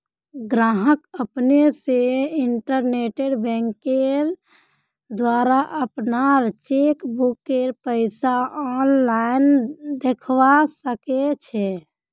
गाहक अपने स इंटरनेट बैंकिंगेंर द्वारा अपनार चेकबुकेर पैसा आनलाईन दखवा सखछे